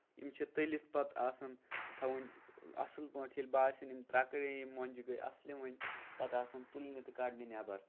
یِم چھِ تٔلِتھ پَتہٕ آسان تھاون اَصٕل پٲٹھۍ ییٚلہِ باسان یِم ترکرے یِم مۄنجہِ گٔیٚے اَصلہِ وۄنۍ پَتہٕ آسان تُلنہِ تہٕ کڑنہِ نٮ۪بر